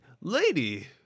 lady